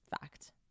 fact